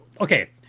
Okay